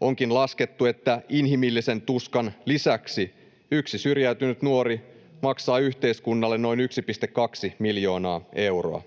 Onkin laskettu, että inhimillisen tuskan lisäksi yksi syrjäytynyt nuori maksaa yhteiskunnalle noin 1,2 miljoonaa euroa.